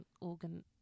organ